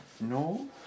No